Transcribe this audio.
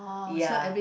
ya